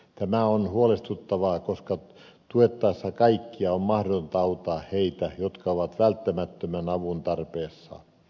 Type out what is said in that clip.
tämä on huolestuttavaa koska tuettaessa kaikkia on mahdotonta auttaa heitä jotka ovat välttämättömän avun tarpeessa